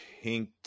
pink